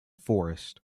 forest